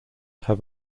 have